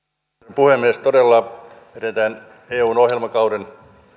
puhemies todella edetään eun ohjelmakauden